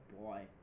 boy